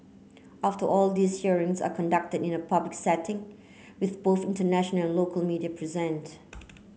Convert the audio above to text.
after all these hearings are conducted in a public setting with both international local media present